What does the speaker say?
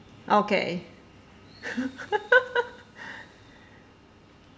okay